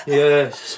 yes